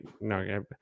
no